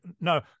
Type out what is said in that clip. No